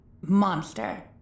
monster